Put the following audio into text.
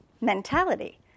mentality